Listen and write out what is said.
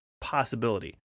possibility